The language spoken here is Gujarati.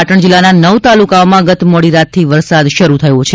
પાટણ જિલ્લાના નવ તાલુકાઓમાં ગત મોડી રાતથી વરસાદ શરુ થયો છે